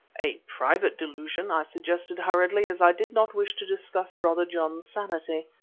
a private delusion, i suggested hurriedly, as i did not wish to discuss brother john's sanity.